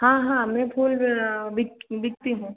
हाँ हाँ मैं फूल बिकती हूँ